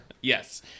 yes